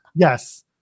Yes